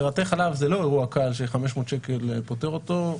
לרתך עליו זה לא אירוע קל ש-500 שקל פותר אותו.